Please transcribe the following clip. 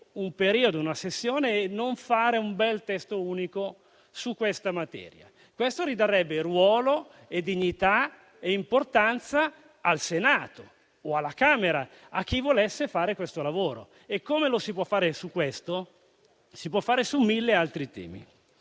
un periodo, una sessione, e non fare un bel testo unico su questa materia? Questo restituirebbe ruolo, dignità e importanza al Senato o alla Camera, a chi volesse fare questo lavoro. E come lo si può fare su questo, lo si può fare su mille altri temi.